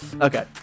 Okay